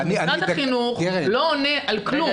משרד החינוך לא עונה על כלום.